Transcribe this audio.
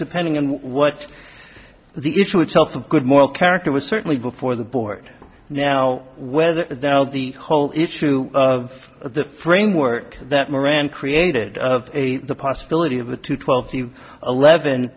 depending on what the issue itself of good moral character was certainly before the board now whether the whole issue of the framework that moran created of a possibility of a two twelve you eleven